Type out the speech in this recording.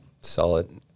Solid